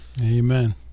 Amen